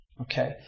Okay